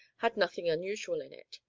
had nothing unusual in it.